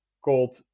called